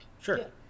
Sure